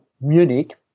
Munich